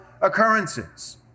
occurrences